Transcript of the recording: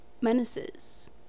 menaces